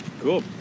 Cool